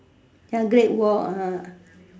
ya great world ah